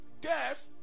death